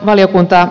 kiitos